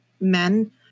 men